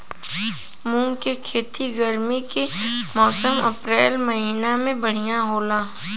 मुंग के खेती गर्मी के मौसम अप्रैल महीना में बढ़ियां होला?